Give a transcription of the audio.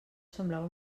semblava